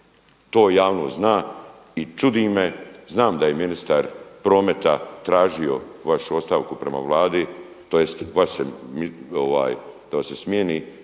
to javnost zna i čudi me, znam da je ministar prometa tražio vašu ostavku prema Vladi, tj. da vas se smijeni.